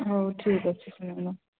ହଉ ଠିକ୍ ଅଛି